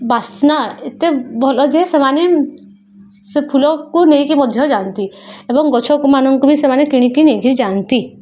ବାସ୍ନା ଏତେ ଭଲ ଯେ ସେମାନେ ସେ ଫୁଲକୁ ନେଇକି ମଧ୍ୟ ଯାଆନ୍ତି ଏବଂ ଗଛମାନଙ୍କୁ ବି ସେମାନେ କିଣିକି ନେଇକି ଯାଆନ୍ତି